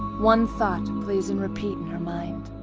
one thought plays in repeat in her mind